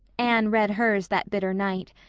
anne read hers that bitter night,